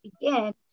begin